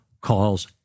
calls